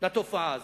לתופעה הזאת.